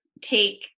take